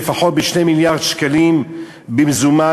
לתפוס לפחות 2 מיליארד שקלים במזומן.